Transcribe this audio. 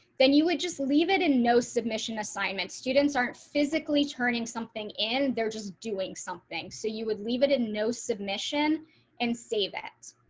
then you would just leave it in no submission assignment students aren't physically turning something in there just doing something. so you would leave it in no submission and save it.